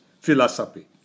philosophy